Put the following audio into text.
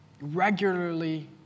regularly